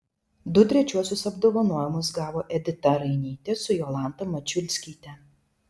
du trečiuosius apdovanojimus gavo edita rainytė su jolanta mačiulskyte